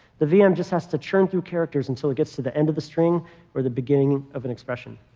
the vm just has to churn through characters until it gets to the end of the string or the beginning of an expression.